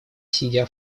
сидя